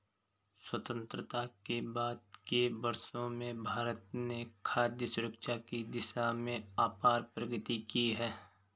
स्वतंत्रता के बाद के वर्षों में भारत ने खाद्य सुरक्षा की दिशा में अपार प्रगति की है